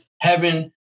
Heaven